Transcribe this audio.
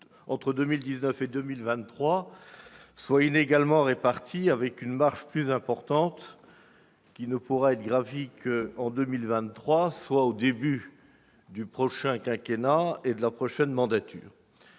entre 2019 et 2023 soit inégalement réparti, avec une marge plus importante, qui ne pourra être gravie qu'en 2023, soit au début du prochain quinquennat et de la prochaine mandature.